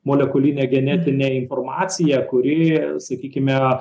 molekulinė genetinė informacija kuri sakykime